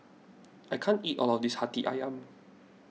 I can't eat all of this Hati Ayam